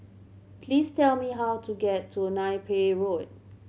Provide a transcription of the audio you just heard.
please tell me how to get to Napier Road